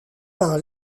par